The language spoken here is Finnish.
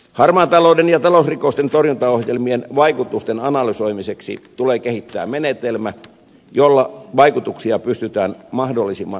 harmaan talouden ja talousrikosten torjuntaohjelmien vaikutusten analysoimiseksi tulee kehittää menetelmä jolla vaikutuksia pystytään mahdollisimman luotettavasti seuraamaan